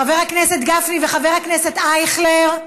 חבר הכנסת גפני וחבר הכנסת אייכלר,